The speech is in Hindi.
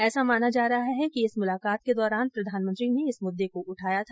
ऐसा माना जा रहा है कि इस मुलाकात के दौरान प्रधानमंत्री ने इस मुद्दे को उठाया था